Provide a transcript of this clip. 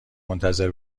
منتظر